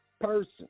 person